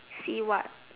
see what